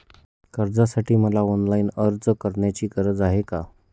कर्जासाठी मला ऑनलाईन अर्ज करण्याची गरज आहे का?